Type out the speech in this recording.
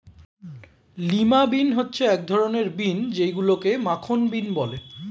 lima bean হচ্ছে এক ধরনের বিন যেইগুলোকে মাখন বিন বলে